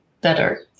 better